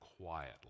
quietly